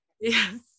yes